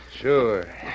Sure